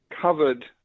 covered